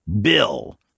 Bill